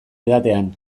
edatean